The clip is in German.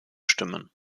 stimmen